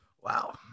Wow